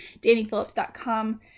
dannyphillips.com